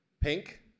Pink